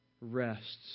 rests